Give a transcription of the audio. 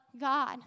God